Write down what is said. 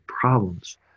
problems